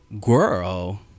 girl